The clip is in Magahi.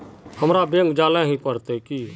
हमरा बैंक जाल ही पड़ते की?